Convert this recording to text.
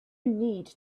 need